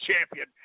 champion